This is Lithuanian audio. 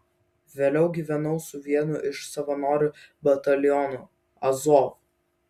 vėliau gyvenau su vienu iš savanorių batalionų azov